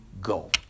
go